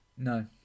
No